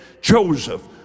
Joseph